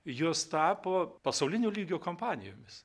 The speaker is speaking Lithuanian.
jos tapo pasaulinio lygio kompanijomis